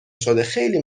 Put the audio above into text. شده، خیلی